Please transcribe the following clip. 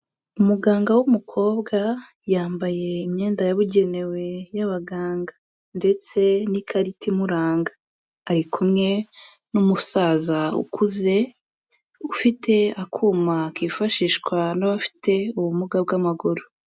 Umuganga w'umukobwa yambaye imyenda yabugenewe y'abaganga ndetse n'ikarita imuranga, ari kumwe n'umusaza ukuze ufite akuma kifashishwa n'abafite ubumuga bw'amaguru.